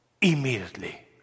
immediately